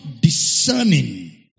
discerning